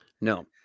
No